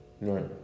Right